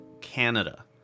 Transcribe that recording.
Canada